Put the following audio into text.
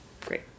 Great